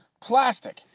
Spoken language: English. Plastic